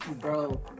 Bro